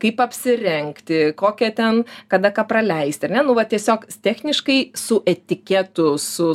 kaip apsirengti kokią ten kada ką praleisti ar ne nu va tiesiog techniškai su etiketu su